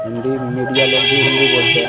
Hindi media लोग भी हिन्दी बोलते हैं